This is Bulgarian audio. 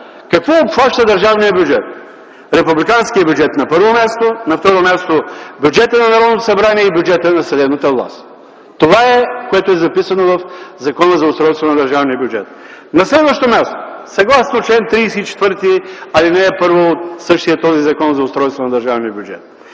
какво обхваща държавният бюджет? Републиканският бюджет на първо място, на второ място – бюджета на Народното събрание и бюджета на съдебната власт. Това е, което е записано в Закона за устройството на държавния бюджет. На следващо място, съгласно чл. 34, ал. 1 от същия този Закон за устройство на държавния бюджет: